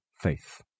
faith